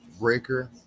breaker